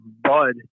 Bud